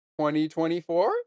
2024